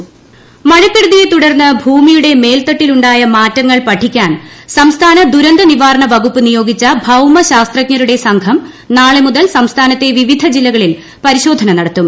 ഇടുക്കി ഇൻട്രോ മഴക്കെടുതിയെ തുടർന്ന് ഭൂമിയുടെ ർത്തട്ടിലുണ്ടായ മാറ്റങ്ങൾ പഠിക്കാൻ സംസ്ഥാന ദുരന്ത്രനീവാരണ വകുപ്പ് നിയോഗിച്ച ഭൌമശാസ്ത്രജ്ഞരുടെ സംഘും ് നാള്ളെ മുതൽ സംസ്ഥാനത്തെ വിവിധ ജില്ലകളിൽ പരിശോധന നടത്തും